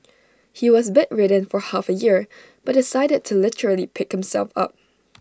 he was bedridden for half A year but decided to literally pick himself up